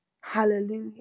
Hallelujah